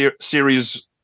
series